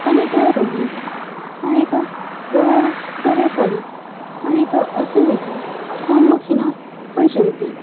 ଅନେକ ରୋଗୀ ଅନେକ ରୋଗାଗ୍ରସ୍ତରେ ପଡ଼ି ଅନେକ ଅସୁବିଧା ସମ୍ମୁଖୀନ ହୋଇଛନ୍ତି